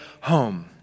home